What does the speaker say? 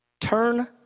turn